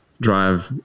drive